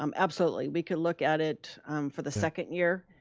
um absolutely, we could look at it for the second year,